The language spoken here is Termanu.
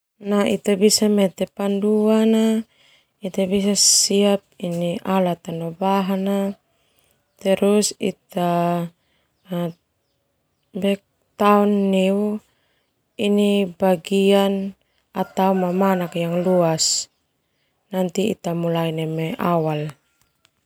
Ita bisa mete panduan ita bisa siap alat no bahan trus ita bisa tao neu mamanak yang luas, nanti ita mulai neme awal.